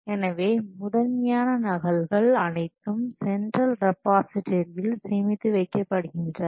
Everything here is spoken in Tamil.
எனவே முதன்மையான நகல்கள் அனைத்தும் சென்ட்ரல் ரிபோசிட்ரியில் சேமித்து வைக்கப்படுகின்றன